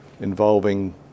involving